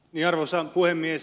arvoisa puhemies